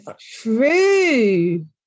True